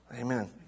Amen